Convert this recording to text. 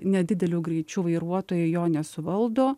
nedideliu greičiu vairuotojai jo nesuvaldo